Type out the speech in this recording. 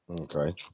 okay